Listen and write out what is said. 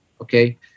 okay